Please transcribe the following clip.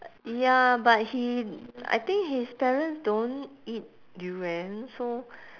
ya but he I think his parents don't eat durian so